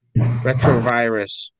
Retrovirus